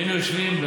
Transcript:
היינו יושבים,